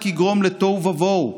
רק יגרום לתוהו ובוהו,